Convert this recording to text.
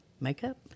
makeup